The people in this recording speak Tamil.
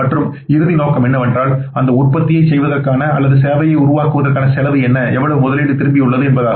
மற்றும் இறுதி நோக்கம் என்னவென்றால் அந்த உற்பத்தியைச் செய்வதற்கான அல்லது சேவையை உருவாக்குவதற்கான செலவு என்ன எவ்வளவு முதலீடு திரும்பியுள்ளது என்பதாகும்